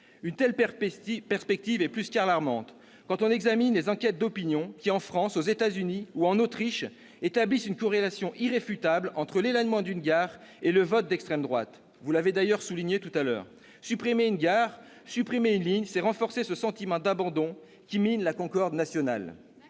Une telle perspective est plus qu'alarmante quand on examine les enquêtes d'opinion qui, en France, aux États-Unis ou en Autriche, établissent une corrélation irréfutable entre l'éloignement d'une gare et le vote d'extrême droite. Ce constat a d'ailleurs été relevé il y a quelques instants : supprimer une gare, supprimer une ligne, c'est renforcer ce sentiment d'abandon qui mine la concorde nationale.